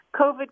COVID